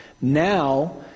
Now